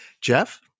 Jeff